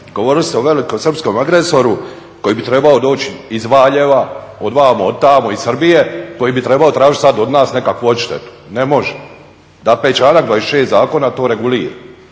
govorili ste o velikom Srpskom agresoru koji bi trebao doći iz …, od vamo, od tamo, iz Srbije, koji bi trebao tražiti sad od nas nekakvu odštetu, ne može. Dakle članak 26. zakona to regulira,